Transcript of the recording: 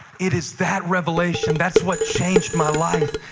it is that revelation. that's what changed my life.